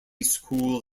school